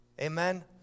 Amen